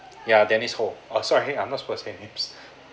ya dennis ho oh sorry !hey! I'm not supposed to have names